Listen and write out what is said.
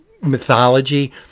mythology